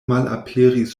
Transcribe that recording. malaperis